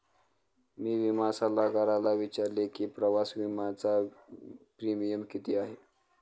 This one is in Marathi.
मी विमा सल्लागाराला विचारले की प्रवास विम्याचा प्रीमियम किती आहे?